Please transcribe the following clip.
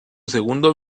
segundo